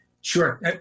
Sure